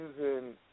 using